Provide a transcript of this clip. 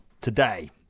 today